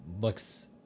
looks